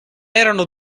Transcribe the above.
erano